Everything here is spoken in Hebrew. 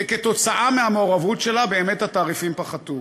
וכתוצאה מהמעורבות שלה באמת התעריפים פחתו.